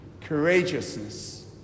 courageousness